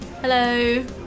Hello